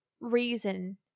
reason